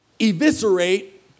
eviscerate